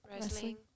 wrestling